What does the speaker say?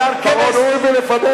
בשר כבש, כבר אמרו את זה לפנינו.